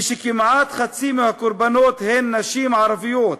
כשכמעט חצי מהקורבנות הן נשים ערביות,